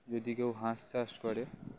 যদি কেউ হাঁস চাষ করে